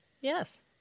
Yes